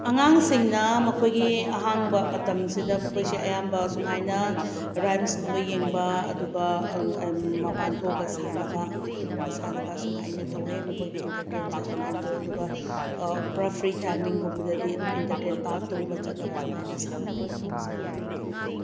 ꯑꯉꯥꯡꯁꯤꯡꯅ ꯃꯈꯣꯏꯒꯤ ꯑꯍꯥꯡꯕ ꯃꯇꯝꯁꯤꯗ ꯃꯈꯣꯏꯁꯦ ꯑꯌꯥꯝꯕ ꯁꯨꯝꯍꯥꯏꯅ ꯔꯥꯏꯝꯁ ꯀꯨꯝꯕ ꯌꯦꯡꯕ ꯑꯗꯨꯒ ꯃꯄꯥꯟ ꯊꯣꯛꯂꯒ ꯁꯥꯟꯅꯕ ꯁꯥꯟꯅꯕ ꯁꯨꯝꯍꯥꯏꯅ ꯇꯧꯋꯦ ꯃꯈꯣꯏꯒꯤ ꯏꯟꯇꯔꯇꯦꯟꯁꯦ ꯁꯨꯃꯥꯏꯅ ꯇꯧꯋꯦ ꯑꯗꯨꯒ ꯄꯨꯔꯥ ꯐ꯭ꯔꯤ ꯇꯥꯏꯃꯤꯡꯒꯨꯝꯕꯗꯗꯤ ꯑꯗꯨꯝ ꯏꯟꯇꯔꯇꯦꯟ ꯄꯥꯔꯛꯇꯒꯨꯝꯕ ꯆꯠꯂꯒ ꯁꯨꯃꯥꯏꯅ ꯁꯥꯟꯅꯕ ꯈꯣꯠꯅꯕꯁꯦ ꯃꯣꯏ ꯑꯗꯨꯝ ꯇꯧꯋꯦ